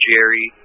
Jerry